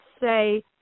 say